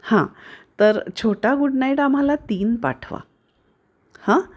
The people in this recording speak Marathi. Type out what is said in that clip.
हां तर छोटा गुड नाईट आम्हाला तीन पाठवा हां